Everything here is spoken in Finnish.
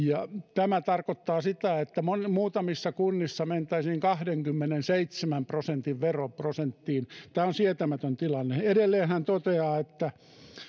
tämä tarkoittaa sitä että muutamissa kunnissa mentäisiin kahdenkymmenenseitsemän prosentin veroprosenttiin tämä on sietämätön tilanne edelleen hän toteaa